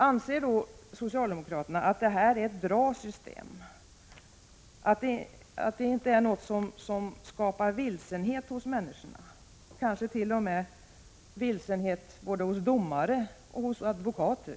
Anser då socialdemokraterna att det här är ett bra system, att det inte är något som skapar vilsenhet hos människorna och kanske t.o.m. skapar vilsenhet hos både domare och advokater?